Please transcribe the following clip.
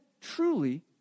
truly